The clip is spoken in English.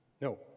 No